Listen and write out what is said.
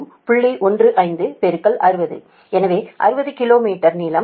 15 60 எனவே 60 kilometre நீளம்